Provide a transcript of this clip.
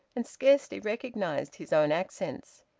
and scarcely recognised his own accents.